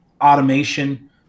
automation